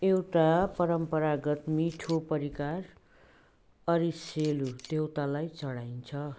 एउटा परम्परागत मिठो परिकार अरिसेलु देवतालाई चढाइन्छ